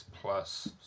plus